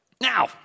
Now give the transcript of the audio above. Now